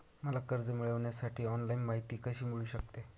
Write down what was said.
मला कर्ज मिळविण्यासाठी ऑनलाइन माहिती कशी मिळू शकते?